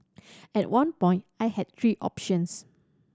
at one point I had three options